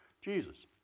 Jesus